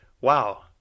wow